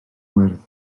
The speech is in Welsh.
wyrdd